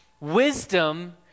wisdom